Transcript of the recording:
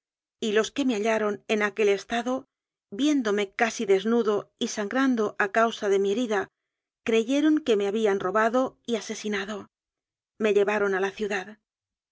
y los que me hallaron en aquel es tado viéndome casi desnudo y sangrando a causa de mi herida creyeron que me habían robado y asesinado me llevaron a la ciudad